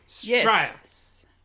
Yes